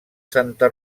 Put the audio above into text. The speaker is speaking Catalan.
santa